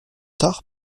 tard